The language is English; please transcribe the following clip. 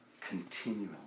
continually